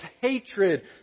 hatred